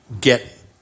get